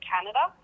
Canada